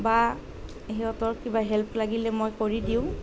বা সিহঁতৰ কিবা হেল্প লাগিলে মই কৰি দিওঁ